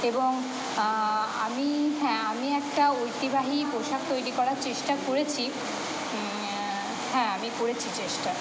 এবং আমি হ্যাঁ আমি একটা ঐতিবাহি পোশাক তৈরি করার চেষ্টা করেছি হ্যাঁ আমি করেছি চেষ্টা